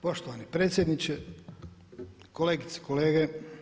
Poštovani predsjedniče, kolegice i kolege.